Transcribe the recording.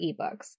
eBooks